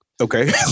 okay